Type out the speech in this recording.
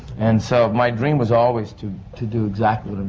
and so my dream was always to. to do exactly